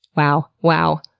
wow, wow.